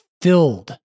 filled